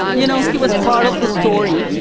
you know, he was part of the story.